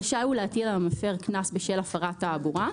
רשאי הוא להטיל על המפר קנס בשל הפרת התעבורה,